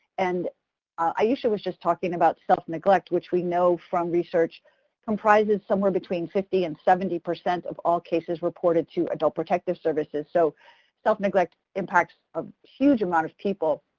and aiesha was just talking about self-neglect, which we know from research comprises somewhere between fifty and seventy percent of all cases reported to adult protective services, so self-neglect impacts a huge amount of people.